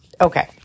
Okay